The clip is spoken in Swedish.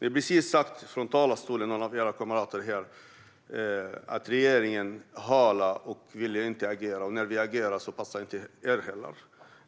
har precis sagt från talarstolen att regeringen förhalar och inte vill agera. När regeringen agerar passar inte det heller.